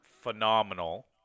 phenomenal